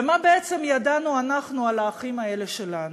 ומה בעצם ידענו אנחנו על האחים האלה שלנו?